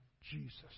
Jesus